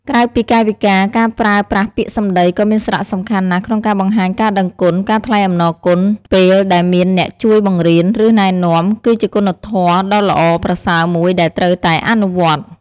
ក្រៅពីកាយវិការ ការប្រើប្រាស់ពាក្យសម្ដីក៏មានសារៈសំខាន់ណាស់ក្នុងការបង្ហាញការដឹងគុណ។ ការថ្លែងអំណរគុណ ពេលដែលមានអ្នកជួយបង្រៀន ឬណែនាំ គឺជាគុណធម៌ដ៏ល្អប្រសើរមួយដែលត្រូវតែអនុវត្ត។